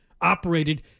operated